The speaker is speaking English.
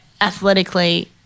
athletically